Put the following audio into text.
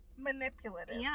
manipulative